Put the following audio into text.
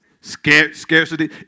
scarcity